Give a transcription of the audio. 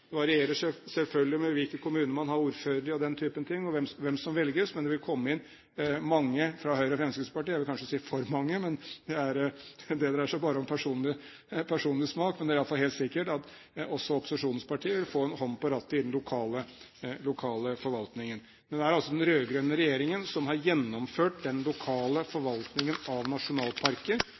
varierer selvfølgelig med hvilke kommuner man har ordfører i, den typen ting og hvem som velges, men det vil komme inn mange fra Høyre og Fremskrittspartiet – jeg vil kanskje si for mange, men det dreier seg bare om personlig smak. Men det er iallfall helt sikkert at også opposisjonspartiene vil få en hånd på rattet i den lokale forvaltningen. Men det er altså den rød-grønne regjeringen som har gjennomført den lokale forvaltningen av nasjonalparker